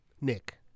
Nick